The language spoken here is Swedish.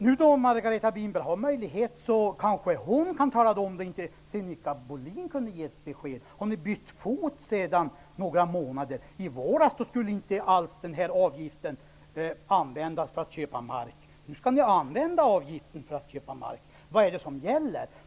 När Margareta Winberg nu har möjlighet till replik kan hon kanske, eftersom inte Sinikka Bohlin kunde ge ett besked, klargöra om ni sedan några månader tillbaka har bytt fot. I våras skulle avgiften inte alls användas för att köpa mark, men nu vill ni att den skall användas så. Vad är det som gäller?